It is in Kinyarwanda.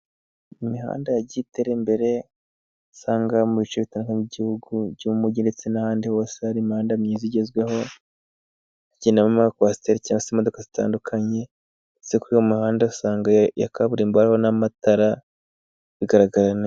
Imihanda yagiye itera imbere, aho usanga mu bice bitandukanye by'ibihugu, by'umujyi ndetse n'ahandi hose hari imihanda myiza igezweho, hagendamo amakwasiteri cyangwa se imodoka zitandukanye. Ndetse kuri iyi mihanda ya kaburimbo, usanga hariho n'amatara, bigaragara neza.